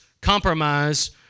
compromise